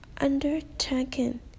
undertaken